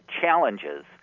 challenges